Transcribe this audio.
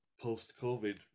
post-COVID